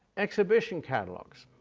exhibition catalogues.